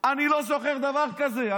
אני לא זוכר דבר כזה.